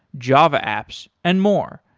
java apps and more.